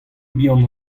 bihan